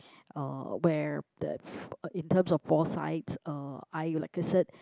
uh where that uh in terms of foresights uh I like I said